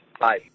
Bye